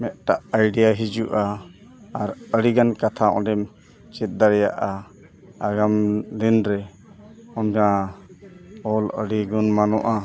ᱢᱤᱫᱴᱟᱝ ᱦᱤᱡᱩᱜᱼᱟ ᱟᱨ ᱟᱹᱰᱤᱜᱟᱱ ᱠᱟᱛᱷᱟ ᱚᱸᱰᱮᱢ ᱪᱮᱫ ᱫᱟᱲᱮᱭᱟᱜᱼᱟ ᱟᱜᱟᱢ ᱫᱤᱱᱨᱮ ᱚᱱᱠᱟ ᱚᱞ ᱟᱹᱰᱤ ᱜᱩᱱᱢᱟᱱᱚᱜᱼᱟ